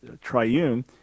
triune